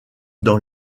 dans